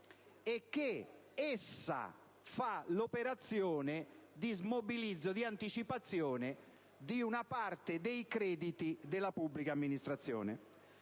e che fa l'operazione di smobilizzo e di anticipazione di una parte dei crediti della pubblica amministrazione.